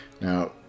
Now